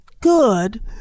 good